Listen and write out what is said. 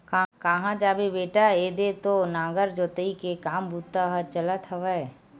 काँहा जाबे बेटा ऐदे तो नांगर जोतई के काम बूता ह चलत हवय